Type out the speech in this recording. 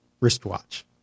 wristwatch